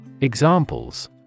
Examples